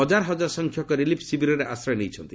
ହଜାର ହଜାର ସଂଖ୍ୟକ ରିଲିଫ୍ ଶିବିରରେ ଆଶ୍ରୟ ନେଇଛନ୍ତି